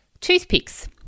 toothpicks